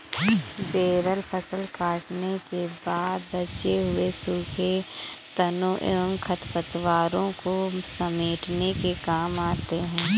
baler फसल कटने के बाद बचे हुए सूखे तनों एवं खरपतवारों को समेटने के काम आते हैं